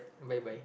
why why